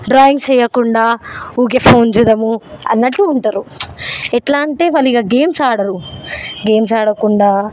drawings వెయ్యకుండ ఊకే phone చుద్దాము అన్నట్టు ఉంటారు ఎట్లా అంటే వాళ్ళు ఇంకా గేమ్స్ ఆడరు గేమ్స్ ఆడకుండా